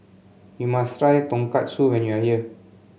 you must try Tonkatsu when you are here